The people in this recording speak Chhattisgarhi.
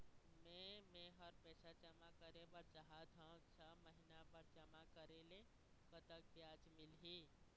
मे मेहर पैसा जमा करें बर चाहत हाव, छह महिना बर जमा करे ले कतक ब्याज मिलही?